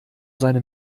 seine